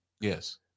yes